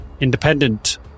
independent